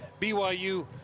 BYU